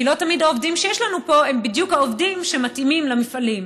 כי לא תמיד העובדים שיש לנו פה הם בדיוק העובדים שמתאימים למפעלים.